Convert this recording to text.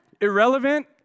Irrelevant